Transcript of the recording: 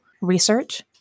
research